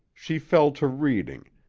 she fell to reading,